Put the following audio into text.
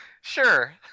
sure